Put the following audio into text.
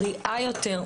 בריאה יותר,